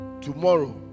tomorrow